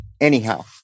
Anyhow